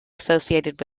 associated